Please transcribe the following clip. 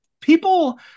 people